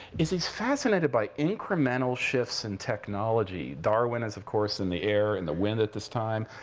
is he's fascinated by incremental shifts in technology. darwin is, of course, in the air and the wind at this time.